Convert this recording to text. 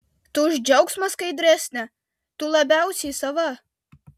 tu už džiaugsmą skaidresnė tu labiausiai sava